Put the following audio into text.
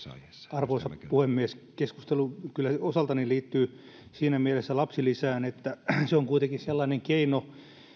arvoisa puhemies keskustelu kyllä osaltani liittyy siinä mielessä lapsilisään että se on kuitenkin sellainen keino